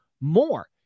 more